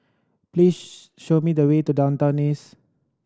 please show me the way to Downtown East